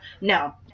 No